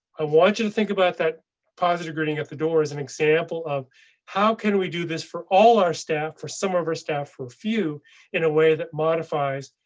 i want you to think about that positive greeting at the door is an example of how can we do this for all our staff for some of our staff or few in a way that modifies.